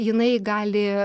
jinai gali